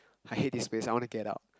I hate this place I wanna get out